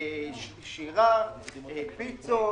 פיצות,